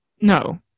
no